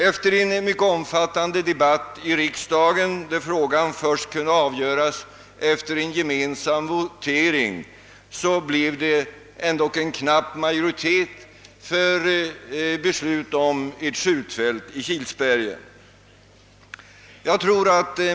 Efter en mycket omfattande debatt i riksdagen, där frågan först kunde avgöras efter gemensam votering, blev det ändå knapp majoritet för beslut om ett skjutfält i Kilsbergen.